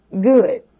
good